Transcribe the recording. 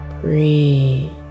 breathe